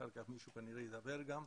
אחר כך מישהו ידבר גם,